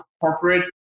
corporate